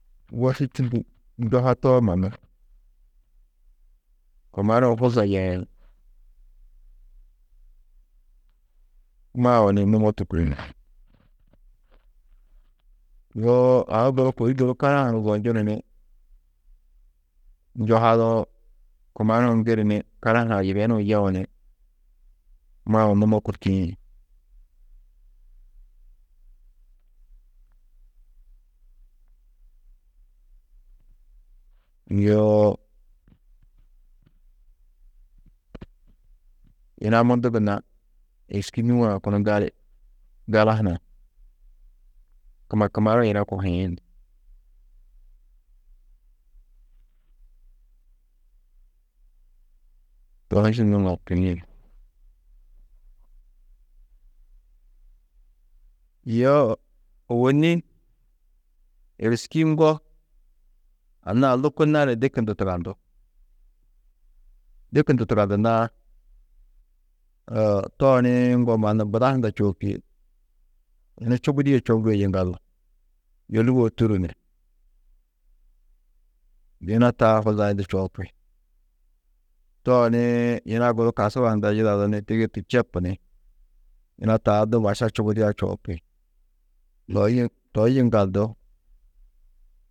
Woši čundu njuhatoo mannu, kumanuũ huza yeĩ, mau ni numo tûkiĩ, yoo aũ guru kôi guru karaha hunu zonjunu ni njuhadoo, kumanuũ ŋgiri ni karaha hunã yibenuũ yeu ni mau numo kûrtiĩ, yoo yina mundu gunna êriski nûu-ã kunu gali, gala hunã kuma kumanuũ yina kohiĩ, to hi su yo ôwonni êriski ŋgo anna-ã lôko nani dikundu tugandú, dikundu tugandunnãá tooni ŋgo mannu buda hunda čoopîe yunu čubudîe čoŋgîe yiŋgaldu yôluboo tûrru ni yina taa hazayundu čoopi, tooni yina guru kasuga hunda yidadu ni tigiitu čepu ni yina taa du maša čubudia čoopi, toi- toi nyiŋgaldu.